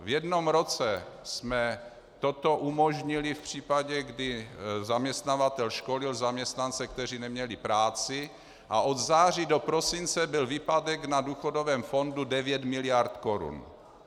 V jednom roce jsme toto umožnili v případě, kdy zaměstnavatel školil zaměstnance, kteří neměli práci, a od září do prosince byl výpadek na důchodovém fondu 9 miliard korun.